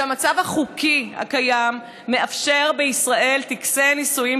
שהמצב החוקי הקיים מאפשר בישראל טקסי נישואים